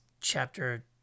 chapter